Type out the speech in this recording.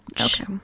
okay